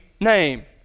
name